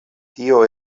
tio